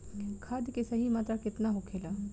खाद्य के सही मात्रा केतना होखेला?